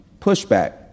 pushback